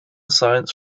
science